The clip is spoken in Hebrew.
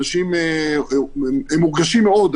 המאבטחים מורגשים מאוד,